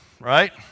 right